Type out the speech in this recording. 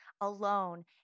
alone